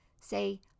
say